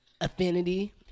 Affinity